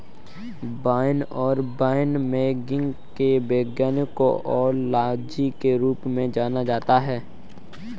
wine और winemaking के विज्ञान को ओनोलॉजी के रूप में जाना जाता है